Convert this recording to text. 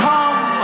Come